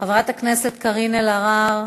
חברת הכנסת קארין אלהרר,